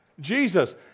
Jesus